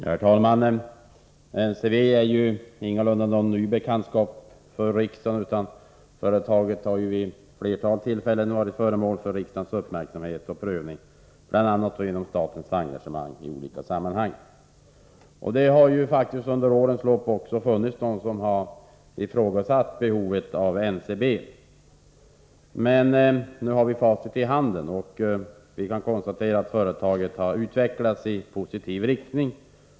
Herr talman! NCB är ju ingalunda någon ny bekantskap för riksdagen. Företaget har vid ett flertal tillfällen varit föremål för riksdagens uppmärksamhet och prövning bl.a. genom statens engagemang i olika sammanhang. Det har under årens lopp funnits de som ifrågasatt behovet av NCB. I dag har vi facit i handen, och vi kan se att företaget utvecklas i positiv riktning.